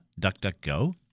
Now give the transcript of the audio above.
DuckDuckGo